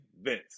Vince